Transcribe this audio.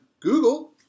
Google